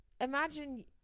imagine